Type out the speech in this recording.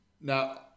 Now